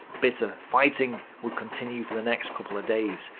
bitter fighting would continue for the next couple of days,